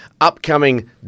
upcoming